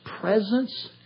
presence